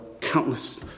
countless